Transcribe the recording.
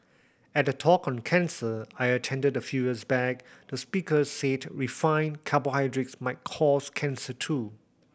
at a talk on cancer I attended a fews back the speaker said refined carbohydrates might cause cancer too